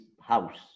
house